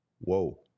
Whoa